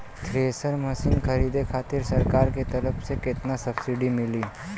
Thresher machine खरीदे खातिर सरकार के तरफ से केतना सब्सीडी मिली?